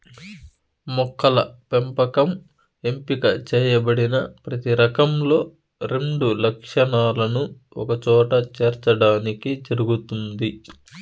మొక్కల పెంపకం ఎంపిక చేయబడిన ప్రతి రకంలో రెండు లక్షణాలను ఒకచోట చేర్చడానికి జరుగుతుంది